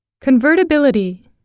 Convertibility